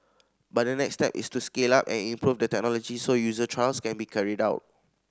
but the next step is to scale up and improve the technology so user trials can be carried out